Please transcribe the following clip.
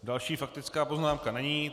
Další faktická poznámka není.